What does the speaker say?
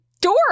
door